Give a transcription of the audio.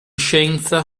scienza